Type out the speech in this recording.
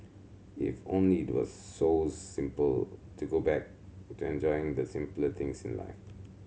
if only the were so simple to go back to enjoying the simpler things in life